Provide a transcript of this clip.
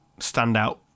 standout